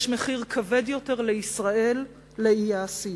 יש מחיר כבד יותר לישראל באי-עשייה.